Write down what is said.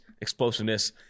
explosiveness